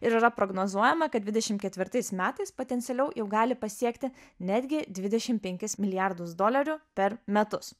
ir yra prognozuojama kad dvidešimt ketvirtais metais potencialiau gali pasiekti netgi dvidešim penkis milijardus dolerių per metus